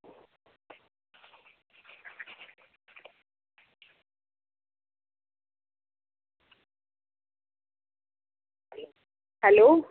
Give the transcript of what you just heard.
hello